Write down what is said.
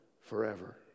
forever